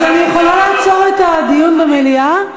אז אני יכולה לעצור את הדיון במליאה,